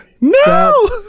no